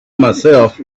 myself